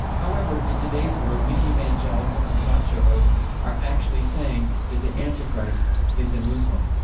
however, in today's world, many evangelicals and talk show hosts are actually saying that the antichrist is a muslim.